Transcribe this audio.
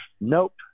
nope